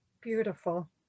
Beautiful